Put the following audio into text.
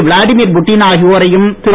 Vladimir Putin ஆகியோரையும் திரு